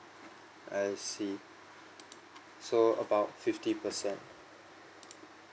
I see so about fifty percent